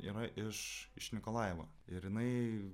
yra iš iš nikolajevo ir jinai